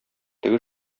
теге